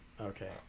Okay